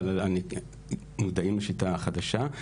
אבל אני יודע שהם מודעים לשיטה החדשה.